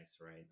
right